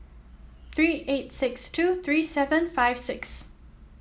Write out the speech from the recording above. three eight six two three seven five six